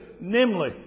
namely